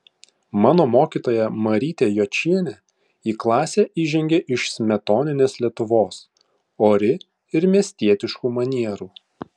mano mokytoja marytė jočienė į klasę įžengė iš smetoninės lietuvos ori ir miestietiškų manierų